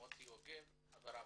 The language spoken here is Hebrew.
מוטי יוגב, חבר הוועדה.